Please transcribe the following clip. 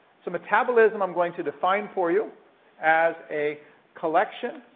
so metabolism i'm going to define for you as a collection